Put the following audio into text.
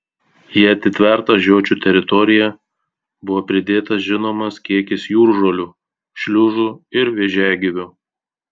į atitvertą žiočių teritoriją buvo pridėtas žinomas kiekis jūržolių šliužų ir vėžiagyvių